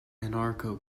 anarcho